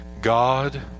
God